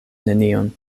nenion